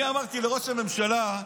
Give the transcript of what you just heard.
אני אמרתי לראש הממשלה,